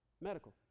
Medical